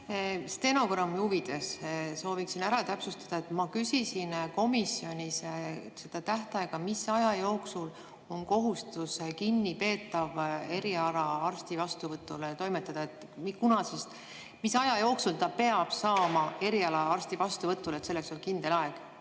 Stenogrammi huvides sooviksin ära täpsustada, et ma küsisin komisjonis selle tähtaja kohta, mis aja jooksul on kohustus kinnipeetav erialaarsti vastuvõtule toimetada. Mis aja jooksul ta peab saama erialaarsti vastuvõtule? Selleks on kindel aeg.